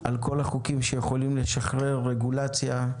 על כל החוקים שיכולים לשחרר רגולציה,